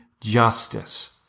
justice